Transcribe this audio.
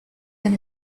than